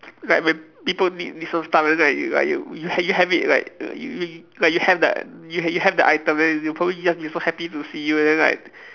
like when people need and like you like you you ha~ you have it like you like you have that you ha~ you have that item then they probably just be so happy to see you and then like